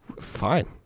Fine